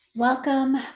Welcome